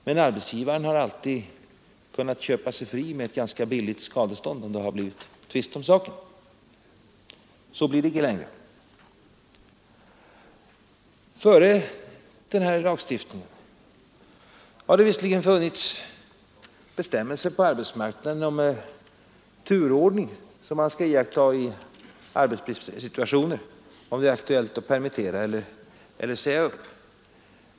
Men arbetsgivaren har alltid kunnat köpa sig fri med ett ganska billigt skadestånd, om det har blivit tvist om saken. Så blir det icke längre. Före den här lagstiftningen har det visserligen funnits bestämmelser på arbetsmarknaden om den turordning som man skall iaktta i arbetsbristsituationer, om det är aktuellt att permittera eller säga upp.